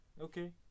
Okay